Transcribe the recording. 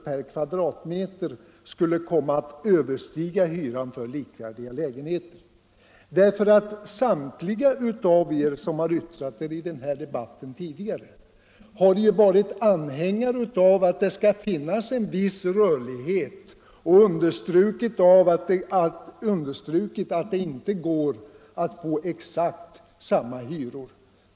per m' skulle komma att understiga hyran för likvärdiga lägenheter. Alla ni som nu yttrat er i debatten har ju tidigare varit anhängare av att det skall finnas en viss rörlighet och understrukit att det inte går att få exakt samma hyror.